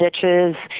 ditches